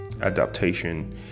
adaptation